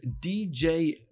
DJ